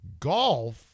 Golf